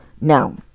now